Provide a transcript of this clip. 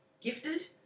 Gifted